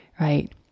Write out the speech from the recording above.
right